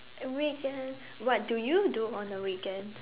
weekend what do you do on the weekends